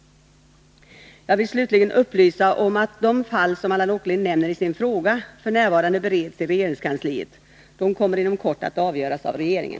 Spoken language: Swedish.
Jag vill slutligen upplysa om att de fall som Allan Åkerlind nämner i sin fråga f. n. bereds i regeringskansliet. De kommer inom kort att avgöras av regeringen.